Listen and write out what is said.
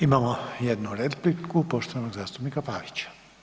Imamo jednu repliku poštovanog zastupnika Pavića.